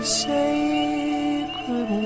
sacred